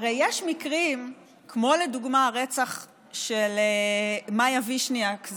הרי יש מקרים כמו לדוגמה הרצח של מאיה וישניאק,